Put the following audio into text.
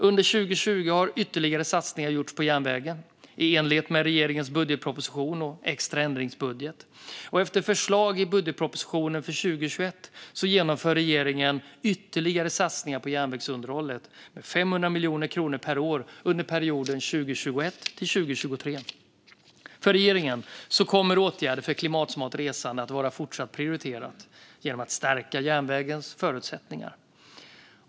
Under 2020 har ytterligare satsningar gjorts på järnvägen, i enlighet med regeringens budgetproposition och extra ändringsbudget. Efter förslag i budgetpropositionen för 2021 genomför regeringen ytterligare satsningar på järnvägsunderhållet med 500 miljoner kronor per år under perioden 2021-2023. För regeringen kommer åtgärder för klimatsmart resande att vara fortsatt prioriterat genom att vi stärker järnvägens förutsättningar.